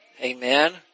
Amen